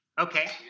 Okay